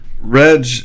Reg